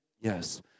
Yes